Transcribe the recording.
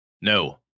No